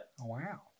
Wow